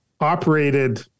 operated